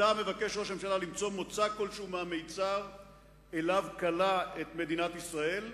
עתה מבקש ראש הממשלה למצוא מוצא כלשהו מהמצר שבו כלא את מדינת ישראל.